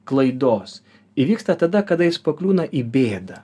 klaidos įvyksta tada kada jis pakliūna į bėdą